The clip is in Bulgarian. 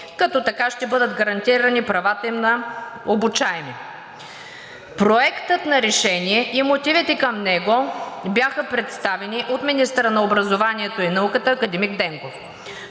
като така ще бъдат гарантирани правата им на обучаеми. Проектът на решение и мотивите към него бяха представени от министъра на образованието и науката академик Денков.